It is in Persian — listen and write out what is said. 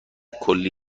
کلی